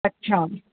अच्छा